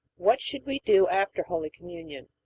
what should we do after holy communion?